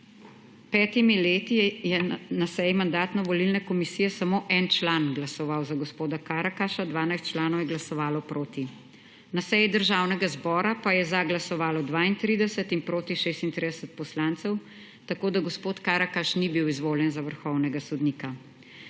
petimi leti je na seji Mandatno-volilne komisije samo en član glasoval za gospoda Karakaša, 12 članov je glasovalo proti. Na seji Državnega zbora pa je za glasovalo 32 in proti 36 poslancev tako, da gospod Karakaš ni bil izvoljen za vrhovnega sodnika.